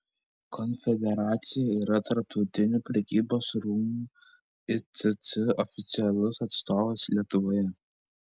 konfederacija yra tarptautinių prekybos rūmų icc oficialus atstovas lietuvoje